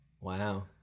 Wow